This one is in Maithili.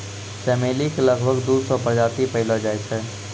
चमेली के लगभग दू सौ प्रजाति पैएलो जाय छै